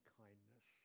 kindness